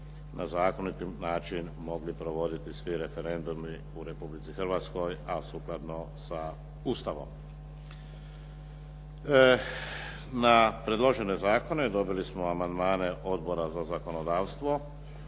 na zakonit način mogli provoditi svi referendumi u Republici Hrvatskoj a sukladno sa Ustavom. Na predložene zakone dobili smo amandmane Odbora za zakonodavstvo.